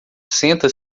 senta